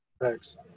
thanks